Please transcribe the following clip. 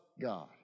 God